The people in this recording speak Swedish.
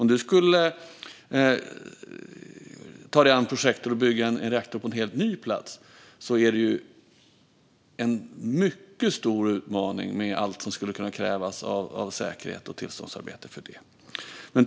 Om du skulle ta dig an projektet att bygga en reaktor på en helt ny plats är det en mycket stor utmaning med allt som skulle kunna krävas när det gäller säkerhet och tillståndsarbete för det.